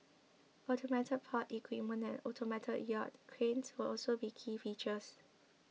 automated port equipment and automated yard cranes will also be key features